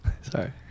Sorry